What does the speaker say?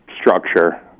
structure